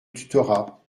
tutorat